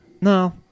No